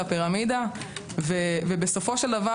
ביקשתי מאתי,